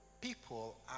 People